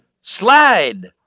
slide